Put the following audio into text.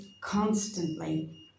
constantly